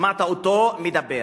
שמעת, שמעת אותו מדבר.